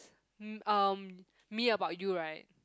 mm um me about you right